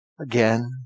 again